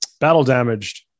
battle-damaged